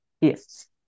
Yes